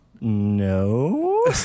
no